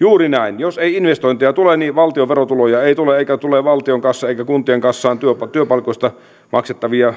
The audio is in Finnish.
juuri näin jos ei investointeja tule niin valtion verotuloja ei tule eikä tule valtion kassaan eikä kuntien kassaan työpaikoista maksettavia